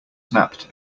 snapped